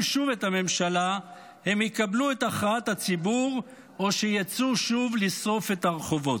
שוב את הממשלה הם יקבלו את הכרעת הציבור או שיצאו שוב לשרוף את הרחובות.